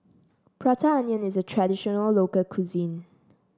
Prata Onion is a traditional local cuisine